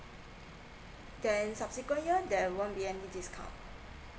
then subsequent year there won't be any discount